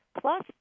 plus